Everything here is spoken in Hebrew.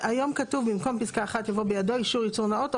היום כתוב: "במקום פסקה 1 יבוא "בידו אישור ייצור נאות או